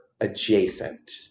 adjacent